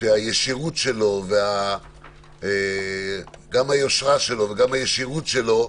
הישירות שלו והיושרה שלו,